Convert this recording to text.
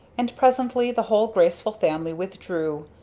and presently the whole graceful family withdrew,